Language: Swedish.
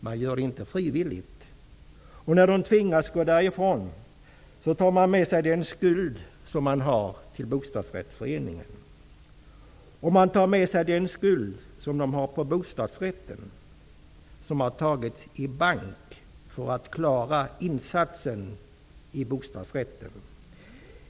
Man gör det inte frivilligt, men när man tvingas gå därifrån tar man med sig den skuld som man har till bostadsrättsföreningen och den skuld man har på bostadsrätten, som har tagits i bank för att klara insatsen i bostadsrätten.